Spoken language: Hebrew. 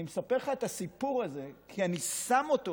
אני מספר לך את הסיפור הזה כי אני שם אותו